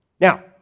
Now